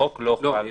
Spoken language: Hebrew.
החוק לא חל עליהם.